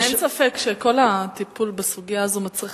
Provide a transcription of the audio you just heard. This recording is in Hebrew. אין ספק שכל הטיפול בסוגיה הזאת מצריך